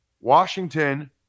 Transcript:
Washington